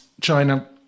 China